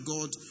God